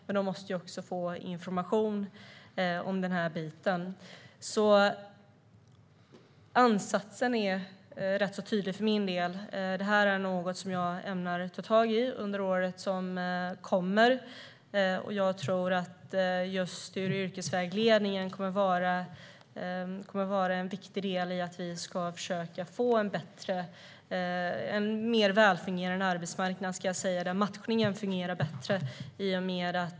Men de måste också få information om detta. Ansatsen är rätt tydlig från min sida. Det här är något som jag ämnar att ta tag i under året som kommer. Jag tror att studie och yrkesvägledningen kommer att vara en viktig del i en mer välfungerande arbetsmarknad där matchningen fungerar bättre.